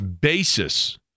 basis